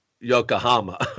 Yokohama